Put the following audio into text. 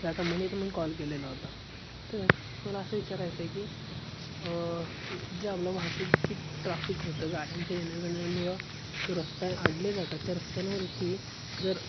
त्या संबंधी तुम्ही कॉल केलेला होता तर मला असं विचारायचं आहे की जर आपलं वाहतूक की ट्राफिक होतं गाड्यांच्या येण्या ज्याण्यामुळं रस्ता अडले जातात त्या रस्त्यांवरती जर